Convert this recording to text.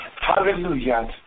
Hallelujah